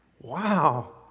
Wow